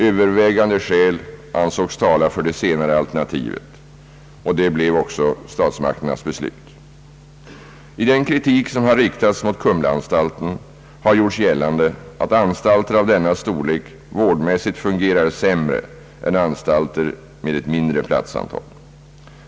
Övervägande skäl ansågs tala för det senare alternativet. Detta blev också statsmakternas beslut. I den kritik som har riktats mot Kumlaanstalten har gjorts gällande att anstalter av denna storlek vårdmässigt fungerar sämre än anstalter med ett mindre platsantal.